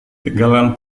tinggalkan